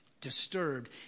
disturbed